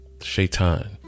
shaitan